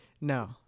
No